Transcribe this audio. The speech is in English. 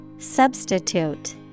substitute